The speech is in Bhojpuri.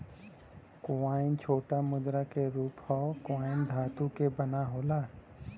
कॉइन छोटा मुद्रा क रूप हौ कॉइन धातु क बना होला